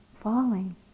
falling